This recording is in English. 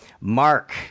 Mark